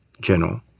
General